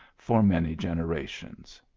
for many generations.